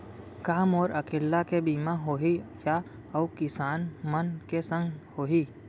का मोर अकेल्ला के बीमा होही या अऊ किसान मन के संग होही?